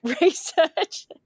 research